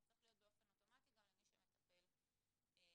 צריך להיות באופן אוטומטי גם למי שמטפל בשטח.